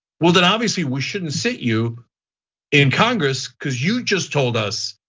well, then obviously we shouldn't set you in congress cuz you just told us,